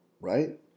right